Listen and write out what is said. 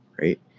right